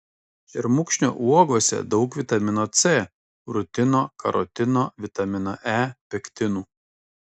šermukšnio uogose daug vitamino c rutino karotino vitamino e pektinų